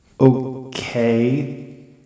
Okay